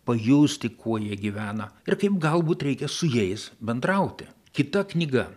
pajausti kuo jie gyvena ir kaip galbūt reikia su jais bendrauti kita knyga